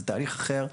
זה תהליך אחר.